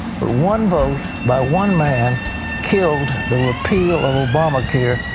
but one vote by one man killed the repeal of obamacare,